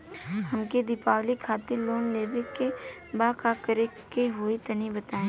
हमके दीवाली खातिर लोन लेवे के बा का करे के होई तनि बताई?